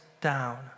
down